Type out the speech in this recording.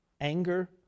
anger